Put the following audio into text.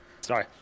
Sorry